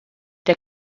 der